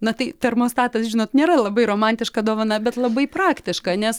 na tai termostatas žinot nėra labai romantiška dovana bet labai praktiška nes